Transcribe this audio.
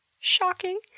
shocking